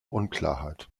unklarheit